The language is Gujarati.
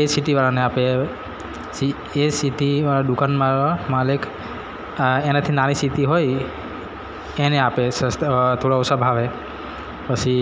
એ સીટીવાળાને આપે પછી એ સિટીવાળા દુકાનમાં માલ એક આ એનાથી નાની સિટી હોય એને આપે થોડા ઓછા ભાવે પછી